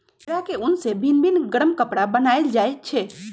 भेड़ा के उन से भिन भिन् गरम कपरा बनाएल जाइ छै